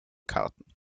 karten